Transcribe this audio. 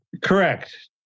Correct